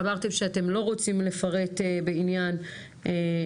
אמרתם שאתם לא רוצים לפרט בעניין המועדון